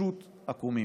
פשוט עקומים.